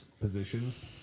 positions